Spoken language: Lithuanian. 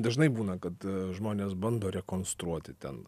dažnai būna kad žmonės bando rekonstruoti ten